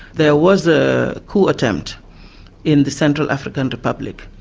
there was a coup attempt in the central african republic,